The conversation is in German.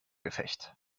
gefecht